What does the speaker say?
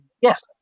yes